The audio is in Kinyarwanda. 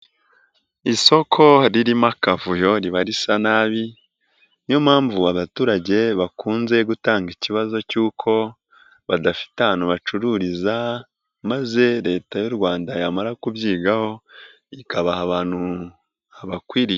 Isoko ririmo akavuyo riba risa nabi, niyo mpamvu abaturage bakunze gutanga ikibazo cy'uko badafite ahantu bacururiza maze Leta y'u Rwanda yamara kubyigaho, ikabaha ahantu habakwiriye.